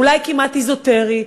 אולי כמעט אזוטרי,